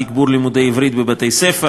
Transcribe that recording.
תגבור לימודי עברית בבתי-ספר,